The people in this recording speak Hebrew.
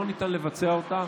לא ניתן לבצע אותה.